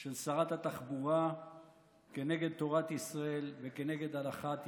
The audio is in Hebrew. של שרת התחבורה כנגד תורת ישראל וכנגד הלכת ישראל.